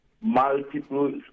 multiple